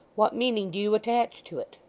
what meaning do you attach to it